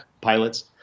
pilots